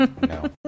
No